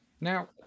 Now